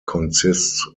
consists